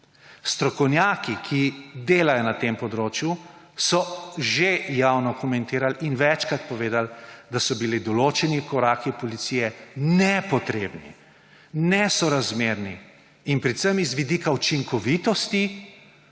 Strokovnjaki, ki delajo na tem področju, so že javno komentirali in večkrat povedali, da so bili določeni koraki policije nepotrebni, nesorazmerni in predvsem z vidika učinkovitosti